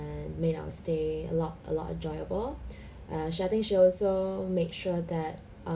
and made our stay a lot a lot enjoyable err I think she also make sure that